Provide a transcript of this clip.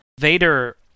Vader